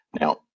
Now